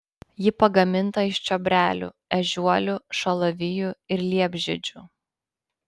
ji pagaminta iš čiobrelių ežiuolių šalavijų ir liepžiedžių